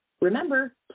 Remember